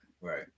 right